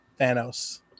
Thanos